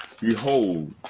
Behold